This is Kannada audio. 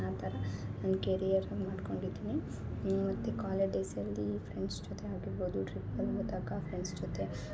ಆ ಥರ ನನ್ನ ಕೆರಿಯರ್ ಆಗಿ ಮಾಡ್ಕೊಂಡಿದ್ದೀನಿ ಮತ್ತು ಕಾಲೇಜ್ ಡೇಸಲ್ಲಿ ಫ್ರೆಂಡ್ಸ್ ಜೊತೆ ಆಗಿರ್ಬೌದು ಟ್ರಿಪ್ ಅಲ್ಲಿ ಹೋದಾಗ ಫ್ರೆಂಡ್ಸ್ ಜೊತೆ